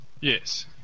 Yes